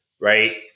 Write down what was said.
right